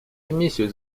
комиссию